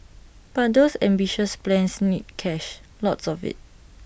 but those ambitious plans need cash lots of IT